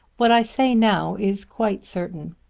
what i say now is quite certain.